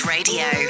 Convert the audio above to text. Radio